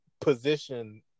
position